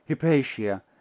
Hypatia